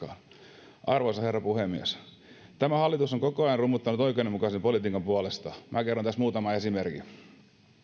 vastuulliseen politiikkaan arvoisa herra puhemies tämä hallitus on koko ajan rummuttanut oikeudenmukaisen politiikan puolesta kerron tässä muutaman esimerkin